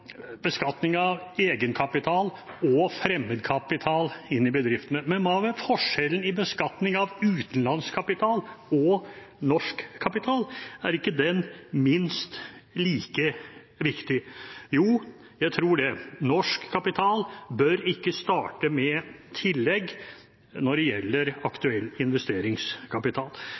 beskatning av utenlandsk kapital og norsk kapital? Er ikke den minst like viktig? Jo, jeg tror det. Norsk kapital bør ikke starte med tillegg når det gjelder